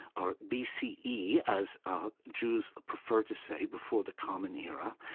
or b c e, as ah jews ah prefer to say, before the common era,